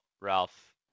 Ralph